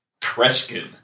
Kreskin